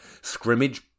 scrimmage